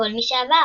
לכל מי שעבר.